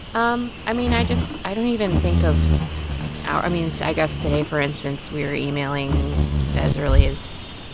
um i mean, i just i don't even think of ah i mean, i guess today, for instance, we were emailing as early as,